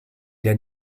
der